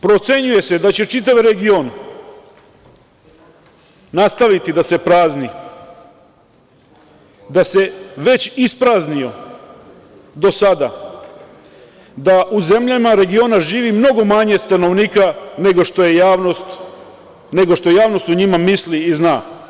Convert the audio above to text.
Procenjuje se da će čitav region nastaviti da se prazni, da se već ispraznio do sada, da u zemljama regiona živi mnogo manje stanovnika nego što javnost o njima misli i zna.